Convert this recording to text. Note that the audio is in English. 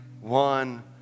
one